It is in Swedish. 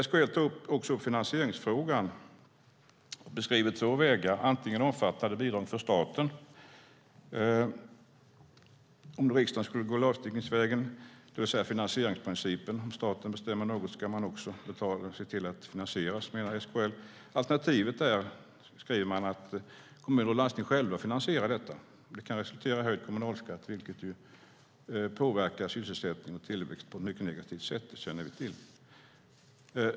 SKL tar också upp finansieringsfrågan och beskriver två vägar. Det handlar om omfattande bidrag från staten om nu riksdagen skulle gå lagstiftningsvägen, det vill säga finansieringsprincipen, vilket innebär att om staten bestämmer något ska man också se till att finansiera det. Det menar SKL. Alternativet är, skriver man, att kommuner och landsting själva finansierar detta, och det kan resultera i hög kommunalskatt vilket ju påverkar sysselsättning och tillväxt på ett mycket negativt sätt; det känner vi till.